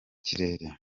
kirere